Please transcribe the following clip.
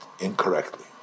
incorrectly